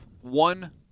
one